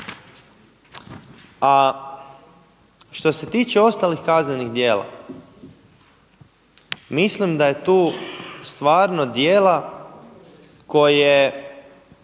A što se tiče ostalih kaznenih djela, mislim da je tu stvarno djela, evo